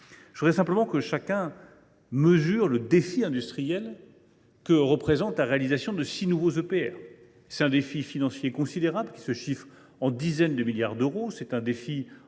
J’aimerais que chacun mesure le défi industriel que représente la réalisation de six nouveaux EPR. Il s’agit d’un défi financier considérable – il se chiffre en dizaines de milliards d’euros –, un défi